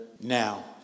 now